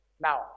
Now